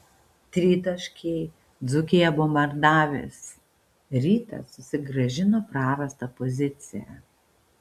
tritaškiai dzūkiją bombardavęs rytas susigrąžino prarastą poziciją